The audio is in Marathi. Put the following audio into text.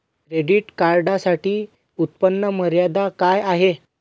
क्रेडिट कार्डसाठी उत्त्पन्न मर्यादा काय आहे?